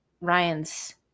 Ryan's